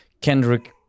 Kendrick